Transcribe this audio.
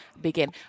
begin